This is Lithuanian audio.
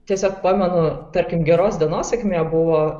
tiesiog pamenu tarkim geros dienos sėkmė buvo